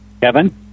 Kevin